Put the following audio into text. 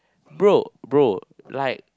bro bro like